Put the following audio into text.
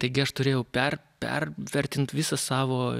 taigi aš turėjau per pervertint visą savo